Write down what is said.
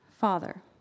father